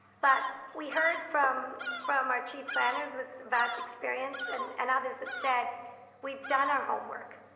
but we heard from from our chief planners with vast experience and and others that said we've done our homework.